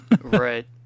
Right